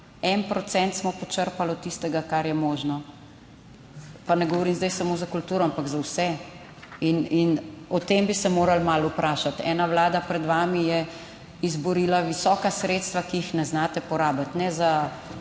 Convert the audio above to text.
smo počrpali od tistega, kar je možno. Pa ne govorim zdaj samo za kulturo, ampak za vse. In o tem bi se morali malo vprašati. Ena Vlada pred vami je izborila visoka sredstva, ki jih ne znate porabiti, za